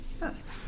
Yes